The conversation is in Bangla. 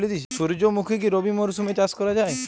সুর্যমুখী কি রবি মরশুমে চাষ করা যায়?